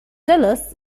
jealous